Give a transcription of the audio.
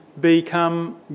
become